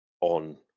on